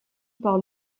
par